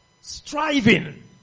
striving